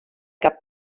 cap